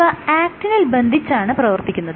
ഇവ ആക്റ്റിനിൽ ബന്ധിച്ചാണ് പ്രവർത്തിക്കുന്നത്